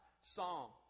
psalm